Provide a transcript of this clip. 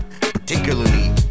particularly